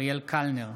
אריאל קלנר,